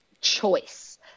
choice